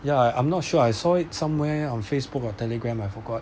ya I I'm not sure I saw it somewhere on Facebook or Telegram I forgot